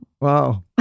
Wow